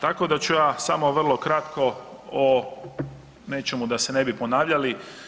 Tako da ću ja samo vrlo kratko o nečemu, da se ne bi ponavljali.